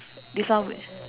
this one